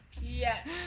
Yes